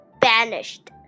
banished